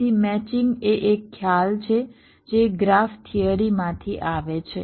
તેથી મેચિંગ એ એક ખ્યાલ છે જે ગ્રાફ થિયરી માંથી આવે છે